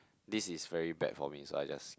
this is very bad for me so I just